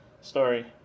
story